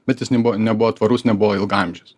bet jis nebuvo nebuvo tvarus nebuvo ilgaamžis